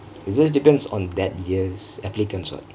it just depends on that year's applicants what